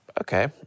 okay